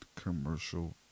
commercial